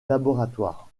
laboratoires